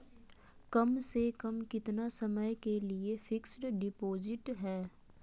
कम से कम कितना समय के लिए फिक्स डिपोजिट है?